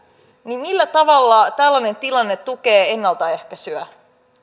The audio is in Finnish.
niin millä tavalla tällainen tilanne tukee ennaltaehkäisyä